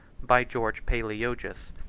by george palaeologus,